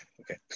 okay